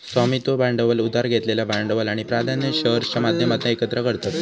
स्वामित्व भांडवल उधार घेतलेलं भांडवल आणि प्राधान्य शेअर्सच्या माध्यमातना एकत्र करतत